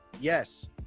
yes